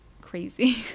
crazy